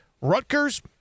Rutgers